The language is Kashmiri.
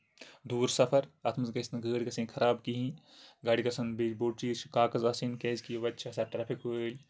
دوٗر سَفر اَتھ منٛز گژھِ نہٕ گٲڑۍ گژھٕنۍ خراب کِہینۍ گاڑِ گژھن بیٚیہِ بوٚڑ چیٖز چھُ بیٚیہِ کاغز آسٕنۍ کیازِ کہِ وَتہِ چھِ آسان ٹریفِک وٲلۍ